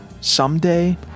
someday